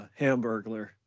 hamburglar